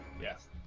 Yes